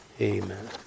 Amen